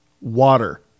water